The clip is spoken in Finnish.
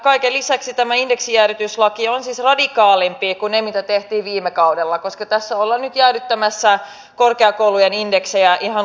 kaiken lisäksi tämä indeksijäädytyslaki on siis radikaalimpi kuin ne mitä tehtiin viime kaudella koska tässä ollaan nyt jäädyttämässä korkeakoulujen indeksejä ihan loppuvaalikaudeksi